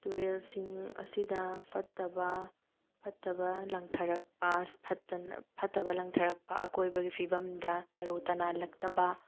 ꯇꯔꯦꯜꯁꯤꯡ ꯑꯁꯤꯗ ꯐꯠꯇꯕ ꯐꯠꯇꯕ ꯂꯪꯊꯔꯛꯄ ꯐꯠꯇꯅ ꯐꯠꯇꯕ ꯂꯪꯊꯔꯛꯄ ꯑꯀꯣꯏꯕꯒꯤ ꯐꯤꯕꯝꯗ ꯇꯔꯨ ꯇꯅꯥꯜꯂꯛꯇꯕ